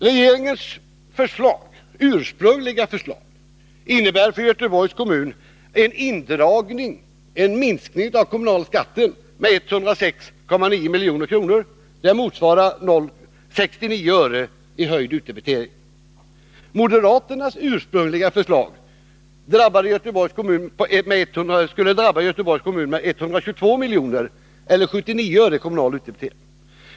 Regeringens ursprungliga förslag innebar för Göteborgs kommun en minskning av den kommunala skatten med 106,9 milj.kr. Det motsvarar 69 öre i höjd utdebitering. Moderaternas ursprungliga förslag skulle drabba Göteborgs kommun i form av en minskning med 122 milj.kr., vilket motsvarar 79 öre i kommunal utdebitering.